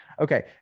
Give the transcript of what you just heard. Okay